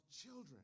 children